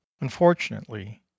Unfortunately